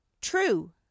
true